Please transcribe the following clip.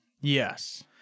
Yes